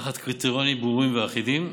תחת קריטריונים ברורים ואחידים,